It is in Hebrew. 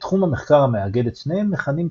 את תחום המחקר המאגד את שניהם מכנים קריפטולוגיה.